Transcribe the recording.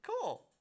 cool